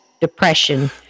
depression